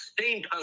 steampunk